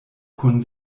kun